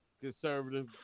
conservative